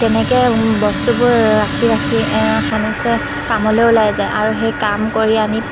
তেনেকৈ বস্তুবোৰ ৰাখি ৰাখি সানুচে কামলৈ ওলাই যায় আৰু সেই কাম কৰি আনি